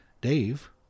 Dave